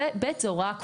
19(ב) הוא הוראה קבועה,